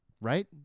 Right